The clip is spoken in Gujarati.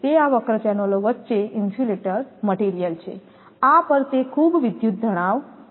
તેથી આ વક્ર ચેનલ વચ્ચે ઇન્સ્યુલેટર મટીરીયલ છે આ પર તે ખૂબ વિદ્યુત તણાવ હશે